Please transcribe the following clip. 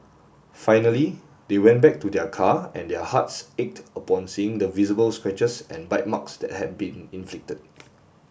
finally they went back to their car and their hearts ached upon seeing the visible scratches and bite marks that had been inflicted